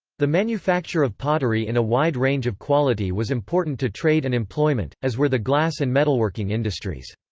the manufacture of pottery in a wide range of quality was important to trade and employment, as were the glass and metalworking industries.